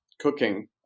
cooking